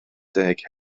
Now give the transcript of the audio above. deg